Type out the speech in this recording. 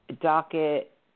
docket